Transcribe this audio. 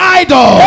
idol